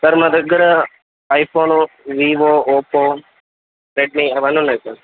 sir మా దగ్గర iPhone Vivo Oppo Redmi అవన్నీ ఉన్నాయి సార్